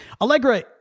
allegra